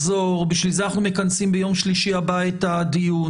בשביל זה אנחנו מכנסים ביום שלישי הבא את הדיון.